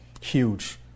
Huge